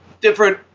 different